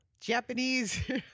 Japanese